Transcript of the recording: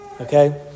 okay